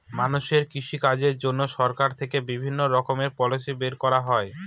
মানুষের কৃষিকাজের জন্য সরকার থেকে বিভিণ্ণ রকমের পলিসি বের করা হয়